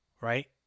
Right